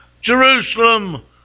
Jerusalem